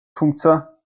თუმცა